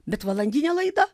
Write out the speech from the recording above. bet valandinė laida